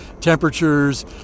Temperatures